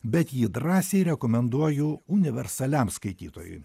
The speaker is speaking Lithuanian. bet ji drąsiai rekomenduoju universaliam skaitytojui